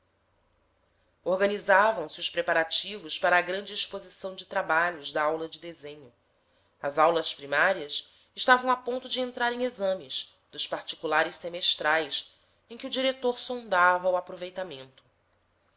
dias organizavam se os preparativos para a grande exposição de trabalhos da aula de desenho as aulas primárias estavam a ponto de entrar em exames dos particulares semestrais em que o diretor sondava o aproveitamento